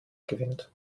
gewinnt